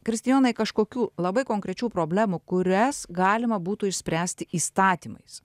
kristijonai kažkokių labai konkrečių problemų kurias galima būtų išspręsti įstatymais